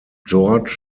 george